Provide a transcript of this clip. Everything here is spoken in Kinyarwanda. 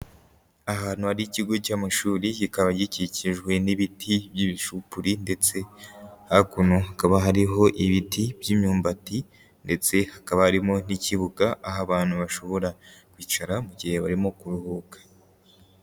Ahantu hari ikigo cy'amashuri kikaba gikikijwe n'ibiti by'ibishupuri ndetse hakuno hakaba hariho ibiti by'imyumbati ndetse hakaba harimo nt'ikibuga aho abantu bashobora kwicara mu gihe barimo kuruhuka.